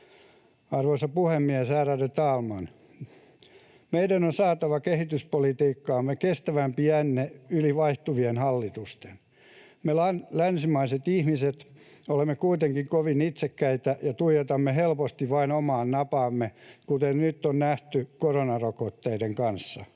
Arvoisa puhemies, ärade talman! Meidän on saatava kehityspolitiikkaamme kestävämpi jänne yli vaihtuvien hallitusten. Me länsimaiset ihmiset olemme kuitenkin kovin itsekkäitä ja tuijotamme helposti vain omaan napaamme, kuten nyt on nähty koronarokotteiden kanssa.